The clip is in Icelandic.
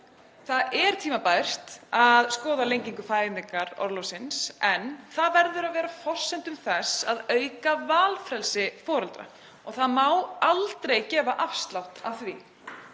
Það er tímabært að skoða lengingu fæðingarorlofsins en það verður að vera á forsendum þess að auka valfrelsi foreldra og það má aldrei gefa afslátt af því,